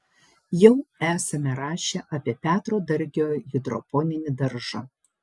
jau esame rašę apie petro dargio hidroponinį daržą